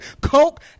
coke